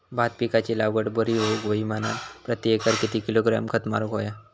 भात पिकाची लागवड बरी होऊक होई म्हणान प्रति एकर किती किलोग्रॅम खत मारुक होया?